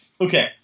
okay